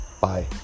Bye